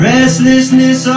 Restlessness